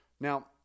Now